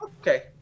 Okay